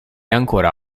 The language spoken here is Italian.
ancora